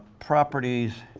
properties